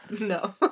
no